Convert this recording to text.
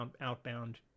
outbound